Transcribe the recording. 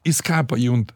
jis ką pajunta